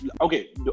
okay